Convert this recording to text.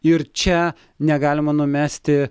ir čia negalima numesti